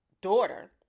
daughter